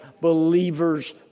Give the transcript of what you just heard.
believer's